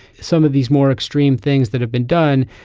some of these more extreme things that have been done.